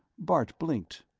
bart blinked.